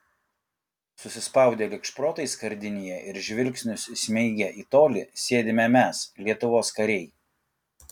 susispaudę lyg šprotai skardinėje ir žvilgsnius įsmeigę į tolį sėdime mes lietuvos kariai